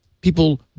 people